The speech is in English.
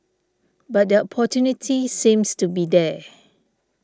but the opportunity seems to be there